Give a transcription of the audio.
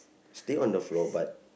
stay on the floor but